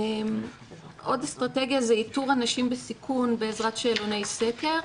עוד אסטרטגיה זה איתור אנשים בסיכון בעזרת שאלוני סקר.